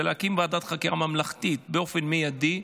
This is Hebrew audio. להקים ועדת חקירה ממלכתית באופן מיידי.